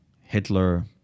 Hitler